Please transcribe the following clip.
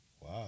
Wow